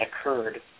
occurred